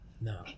No